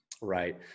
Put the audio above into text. Right